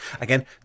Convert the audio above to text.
again